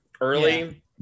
early